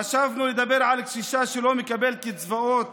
חשבנו לדבר על קשישה שלא מקבלת קצבאות